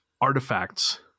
artifacts